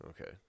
Okay